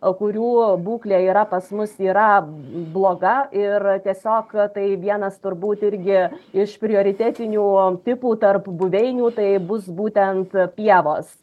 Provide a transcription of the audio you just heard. a kurių būklė yra pas mus yra bloga ir tiesiog tai vienas turbūt irgi iš prioritetinių tipų tarp buveinių tai bus būtent pievos